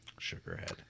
Sugarhead